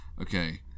Okay